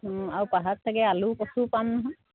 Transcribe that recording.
আৰু পাহাৰত চাগে আলু কচু পাম নহয়